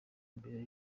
mbere